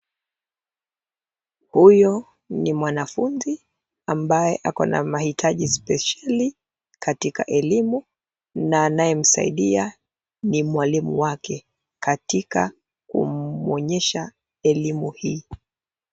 Huyu ni mwanafunzi ambaye ana mahitaji spesheli katika elimu na anayemsaidia ni mwalimu wake katika kumwonyesha elimu hii.